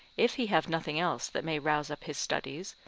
if he have nothing else that may rouse up his studies,